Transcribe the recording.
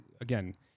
again